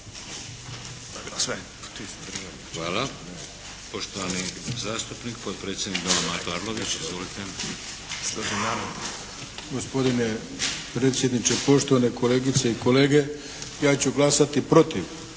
Hvala. Poštovani zastupnik potpredsjednik Doma Mato Arlović. Izvolite! **Arlović, Mato (SDP)** Gospodine predsjedniče, poštovane kolegice i kolege! Ja ću glasati protiv